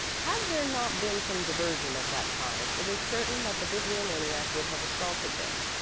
had there not been some diversion of that kind, it is certain that the bibliomaniac would have assaulted him.